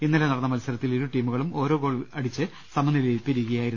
ഇന്നലെ നടന്ന മത്സരത്തിൽ ഇരുടീമുകളും ഓരോ ഗോൾവീതമടിച്ച് സമനിലയിൽ പിരിയുകയായിരുന്നു